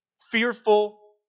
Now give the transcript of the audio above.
fearful